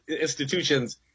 institutions